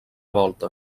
volta